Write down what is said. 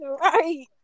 Right